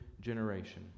generation